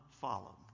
follow